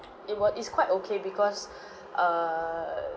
it wa~ it's quite okay because err